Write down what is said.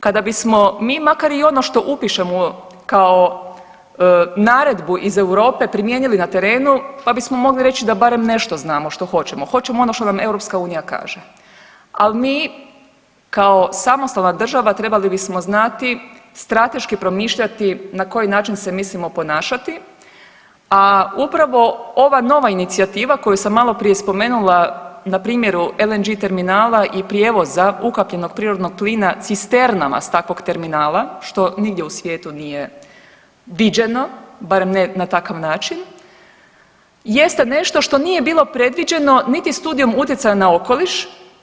Kada bismo mi makar i ono što upišemo kao naredbu iz Europe primijenili na terenu pa bismo mogli reći da barem nešto znamo što hoćemo, hoćemo ono što nam EU kaže, ali mi kao samostalna država trebali bismo znati strateški promišljati na koji način se mislimo ponašati, a upravo ova nova inicijativa koju sam maloprije spomenula na primjeru LNG terminala i prijevoza ukapljenog prirodnog plina cisternama s takvog terminala što nigdje u svijetu nije viđeno, barem ne na takav način jest nešto što nije bilo predviđeno niti studijom utjecaja na okoliš.